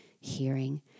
hearing